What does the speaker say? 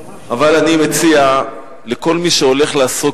אבל אני מציע לכל מי שהולך לעסוק